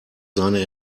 seine